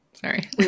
sorry